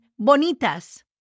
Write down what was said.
bonitas